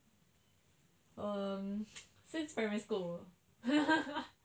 um since primary school